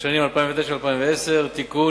לשנים 2009 ו-2010) (תיקון,